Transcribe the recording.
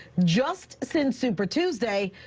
just since super tuesday.